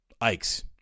Ike's